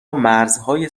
مرزهای